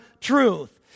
truth